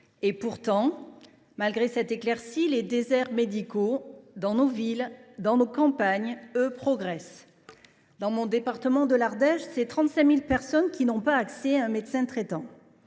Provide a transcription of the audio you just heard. Pourtant, malgré cette éclaircie, les déserts médicaux, dans nos villes et dans nos campagnes, eux, progressent. Dans le département dont je suis élue, l’Ardèche, 35 000 personnes n’ont pas accès à un médecin traitant.